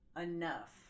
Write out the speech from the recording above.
enough